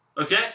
Okay